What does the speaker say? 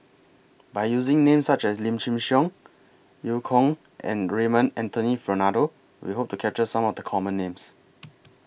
By using Names such as Lim Chin Siong EU Kong and Raymond Anthony Fernando We Hope capture Some of The Common Names